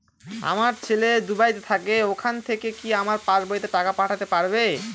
আমার ছেলে দুবাইতে থাকে ওখান থেকে কি আমার পাসবইতে টাকা পাঠাতে পারবে?